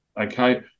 okay